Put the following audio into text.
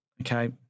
okay